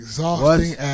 Exhausting